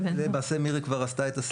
למעשה מירי כבר עשתה את הסדר,